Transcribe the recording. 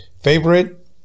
Favorite